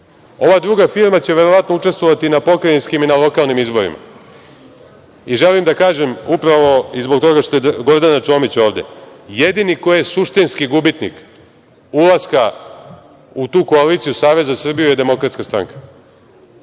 Ova druga firma će, verovatno, učestvovati na pokrajinskim i na lokalnim izborima. Želim da kažem, upravo i zbog toga što je Gordana Čomić ovde, jedini ko je suštinski gubitnik ulaska u tu koaliciju Savez za Srbiju je DS. Stranka